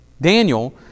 Daniel